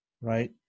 Right